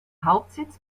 hauptsitz